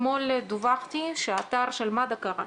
אתמול דווחתי שהאתר של מד"א קרס.